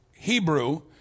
Hebrew